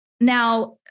Now